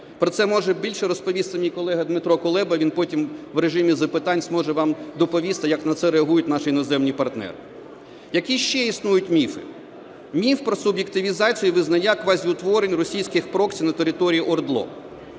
Про це може більше розповісти мій колега Дмитро Кулеба, він потім в режимі запитань зможе вам доповісти, як на це реагують наші іноземні партнери. Які ще існують міфи? Міф про суб'єктивізацію визнання квазіутворень російських "проксі" на території ОРДЛО.